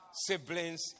siblings